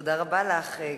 תודה רבה לך,